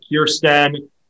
Kirsten